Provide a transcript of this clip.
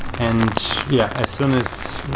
and yeah, as soon as